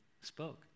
spoke